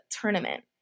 tournament